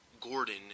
Gordon